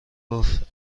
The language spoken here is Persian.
گفت